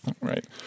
right